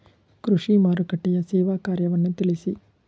ಕೃಷಿ ಮಾರುಕಟ್ಟೆಯ ಸೇವಾ ಕಾರ್ಯವನ್ನು ತಿಳಿಸಿ?